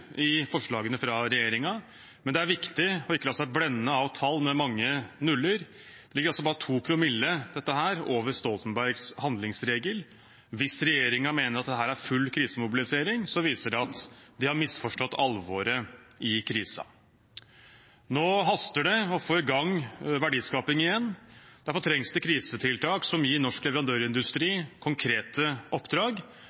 i forslagene fra regjeringen, men det er viktig å ikke la seg blende av tall med mange nuller. Dette ligger altså bare 2 promille over Stoltenbergs handlingsregel. Hvis regjeringen mener at dette er full krisemobilisering, viser det at de har misforstått alvoret i krisen. Nå haster det å få i gang verdiskaping igjen. Derfor trengs det krisetiltak som gir norsk